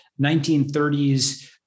1930s